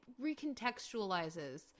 recontextualizes